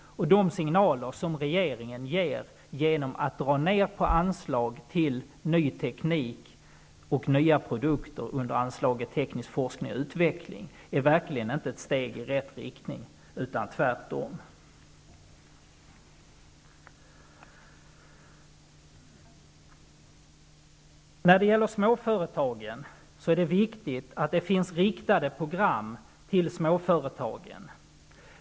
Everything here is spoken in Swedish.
De signaler som regeringen ger genom att dra ned på anslag till ny teknik och nya produkter under anslaget Teknisk forskning och utveckling, är verkligen inte ett steg i rätt riktning, utan tvärtom. Det är viktigt att det finns program riktade till småföretagen.